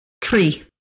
tree